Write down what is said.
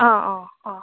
অঁ অঁ অঁ